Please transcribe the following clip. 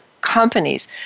companies